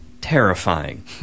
Terrifying